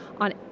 on